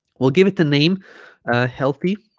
we'll give it the name healthy